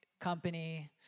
company